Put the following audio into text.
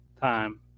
time